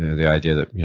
the idea that,